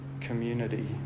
community